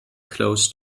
close